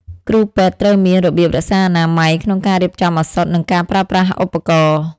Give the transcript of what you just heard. គ្រូពេទត្រូវមាន របៀបរក្សាអនាម័យក្នុងការរៀបចំឱសថ និងការប្រើប្រាស់ឧបករណ៍។